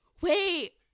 Wait